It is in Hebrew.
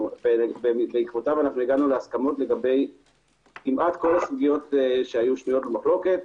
בעקבותיו הגענו להסכמות לגבי כמעט כל הסוגיות שהיו שנויות במחלוקת.